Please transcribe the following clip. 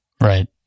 right